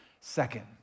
Second